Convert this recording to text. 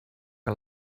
que